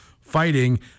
fighting